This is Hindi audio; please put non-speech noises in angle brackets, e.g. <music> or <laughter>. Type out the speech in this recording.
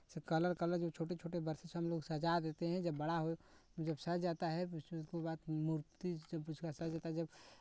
से कलर कलर जे छोटे छोटे बर्शे से हमलोग सजा देते हैं जब बड़ा हो जब सज जाता है <unintelligible> उसको बाद मूर्ती जब उसका सज जाता है जब